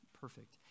perfect